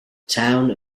town